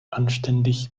anständig